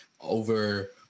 over